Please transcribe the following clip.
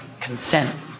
consent